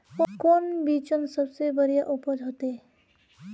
कौन बिचन सबसे बढ़िया उपज होते?